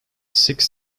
six